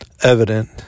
evident